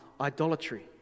idolatry